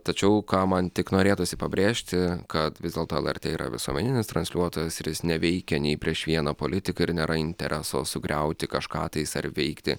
tačiau ką man tik norėtųsi pabrėžti kad vis dėlto lrt yra visuomeninis transliuotojas neveikia nei prieš vieną politiką ir nėra intereso sugriauti kažką tais ar veikti